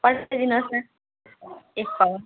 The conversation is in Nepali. पठाइदिनुहोस् न एक पावा